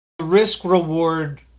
risk-reward –